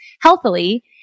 healthily